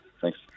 Thanks